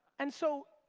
and so,